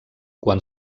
quan